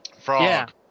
Frog